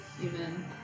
human